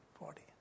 body